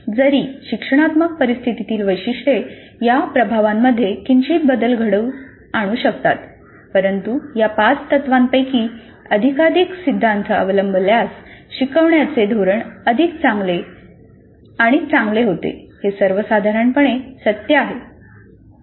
जरी शिक्षणात्मक परिस्थितीतील वैशिष्ट्ये या प्रभावांमध्ये किंचित बदल घडवून आणू शकतात परंतु या पाच तत्वांपैकी अधिकाधिक सिद्धांत अवलंबल्यास शिकवण्याचे धोरण अधिक चांगले आणि चांगले होते हे सर्वसाधारणपणे सत्य आहे